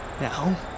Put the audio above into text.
Now